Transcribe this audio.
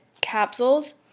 capsules